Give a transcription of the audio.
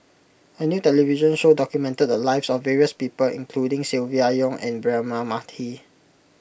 a new television show documented the lives of various people including Silvia Yong and Braema Mathi